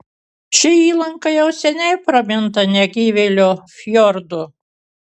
ši įlanka jau seniai praminta negyvėlio fjordu